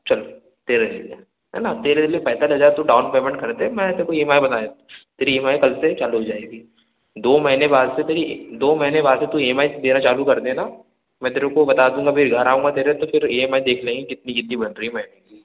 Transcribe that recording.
चल तेरे लिए है न तेरे लिए पैंतालीस हजार तू डाउन पेमेंट कर दे मैं तेरे को ई एम आई बना देता हूँ तेरी ई एम आई कल से चालू हो जाएगी दो महीने बाद से तेरी दो महीने बाद से तू ई एम आई तेरा चालू कर देना मैं तेरे को बता दूंगा फिर घर आऊंगा तेरे तो फिर ई एम आई देख लेंगे कितनी कितनी बन रही है महीने की